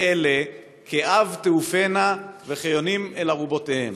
אלה כעב תעופינה וכיונים אל ארבתיהם".